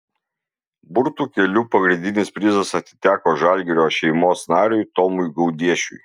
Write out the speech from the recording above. burtų keliu pagrindinis prizas atiteko žalgirio šeimos nariui tomui gaudiešiui